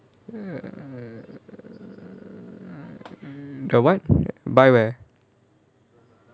mm the what buy where